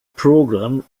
program